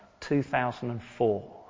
2004